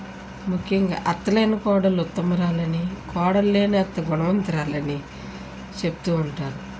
ముఖ్యంగా అత్తలేని కోడలు ఉత్తమురాలని కోడలు లేని అత్త గుణవంతురాలని చెప్తూ ఉంటారు